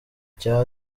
cya